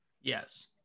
yes